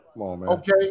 Okay